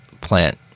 plant